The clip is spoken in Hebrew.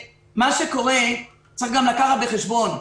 צריך לקחת בחשבון,